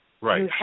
Right